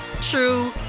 true